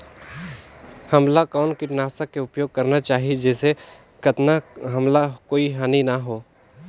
हमला कौन किटनाशक के उपयोग करन चाही जिसे कतना हमला कोई हानि न हो?